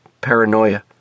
Paranoia